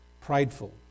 prideful